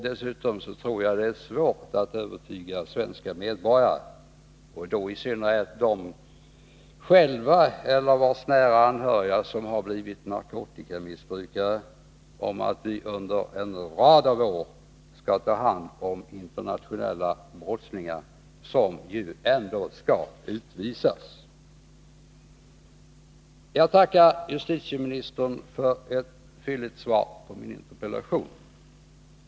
Dessutom tror jag att det är svårt att övertyga svenska medborgare — och då i synnerhet dem som själva har blivit narkotikamissbrukare eller som har nära anhöriga som blivit det — om att vi under en rad av år skall ta hand om internationella brottslingar, som ju ändå skall utvisas. Jag tackar justitieministern för ett fylligt svar på min interpellation.